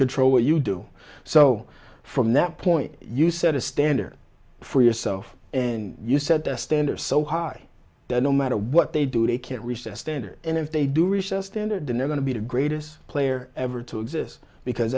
control what you do so from that point you set a standard for yourself and you said their standards so high no matter what they do they can't recess standard and if they do recess standard then they're going to be the greatest player ever to exist because